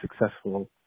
successful